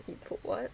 he put what